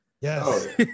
Yes